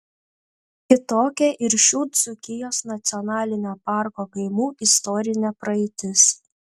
kitokia ir šių dzūkijos nacionalinio parko kaimų istorinė praeitis